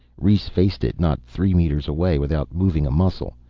rhes faced it, not three meters away, without moving a muscle.